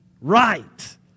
right